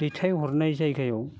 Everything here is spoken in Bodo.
दैथायहरनाय जायगायाव